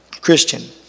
Christian